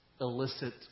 illicit